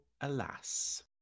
alas